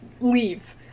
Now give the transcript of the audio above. leave